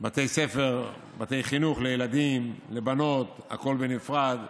בתי חינוך לילדים, לבנות, הכול בנפרד,